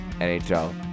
NHL